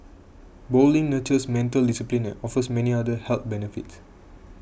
bowling nurtures mental discipline and offers many other health benefits